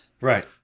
Right